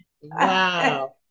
Wow